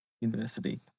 university